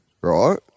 right